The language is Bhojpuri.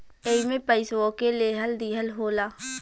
एईमे पइसवो के लेहल दीहल होला